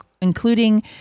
including